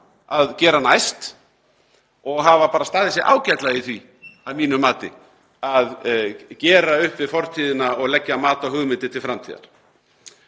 að gera næst, og hafa bara staðið sig ágætlega í því að mínu mati að gera upp við fortíðina og leggja mat á hugmyndir til framtíðar.